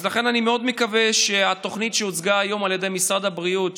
לכן אני מאוד מקווה שהתוכנית שהוצגה היום על ידי משרד הבריאות,